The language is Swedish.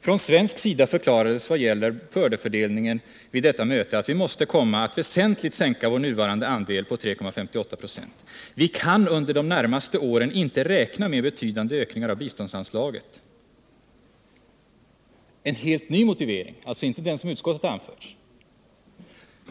”Från svensk sida förklarades vad gäller bördefördelningen vid detta möte att vi måste komma att väsentligt sänka vår nuvarande andel på 3,85 96. Vi kan under de närmaste åren inte räkna med betydande ökningar av biståndsanslaget.” Detta är alltså en helt ny motivering och inte den som utskottet anfört.